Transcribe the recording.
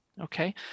Okay